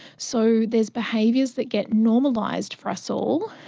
so there's behaviours that get normalised for us all,